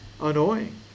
annoying